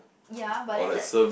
ya but then the